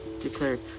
declared